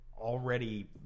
already